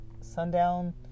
sundown